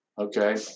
Okay